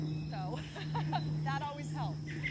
so that always helps.